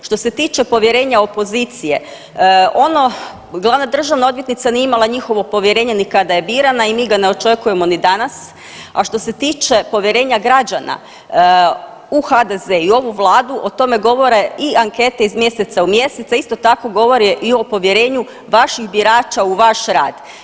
Što se tiče povjerenja opozicije ono, glavna državna odvjetnica nije imala njihovo povjerenje ni kada je birana i mi ga ne očekujemo ni danas, a što se tiče povjerenja građana u HDZ i ovu vladu o tome govore i ankete iz mjeseca u mjesec, a isto tako govore i o povjerenju vaših birača u vaš rad.